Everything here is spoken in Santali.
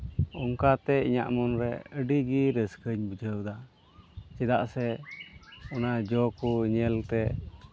ᱚᱱᱠᱟᱛᱮ ᱤᱧᱟᱜ ᱢᱚᱱᱨᱮ ᱟᱹᱰᱤᱜᱮ ᱨᱟᱹᱥᱠᱟᱹᱧ ᱵᱩᱡᱷᱟᱹᱣᱫᱟ ᱪᱮᱫᱟᱜ ᱥᱮ ᱚᱱᱟ ᱡᱚ ᱠᱚ ᱧᱮᱞᱛᱮ